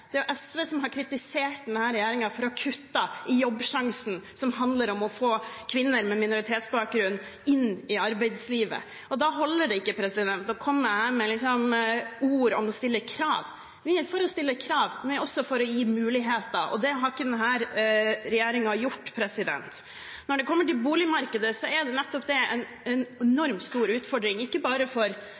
Det er SV som har kritisert denne regjeringen for å ha kuttet i Jobbsjansen, som handler om å få kvinner med minoritetsbakgrunn inn i arbeidslivet. Da holder det ikke å komme med ord om å stille krav. Vi er for å stille krav, men vi er også for å gi muligheter. Det har ikke denne regjeringen gjort. Når det kommer til boligmarkedet, er det en enormt stor utfordring, ikke bare for